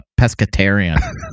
Pescatarian